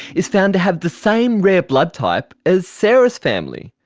is found to have the same rare blood type as sarah's family.